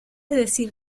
decir